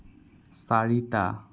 চাৰিটা